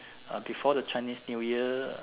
uh before the Chinese New Year